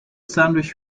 sandwich